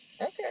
Okay